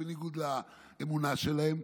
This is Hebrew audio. שהוא בניגוד לאמונה שלהם,